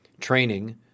training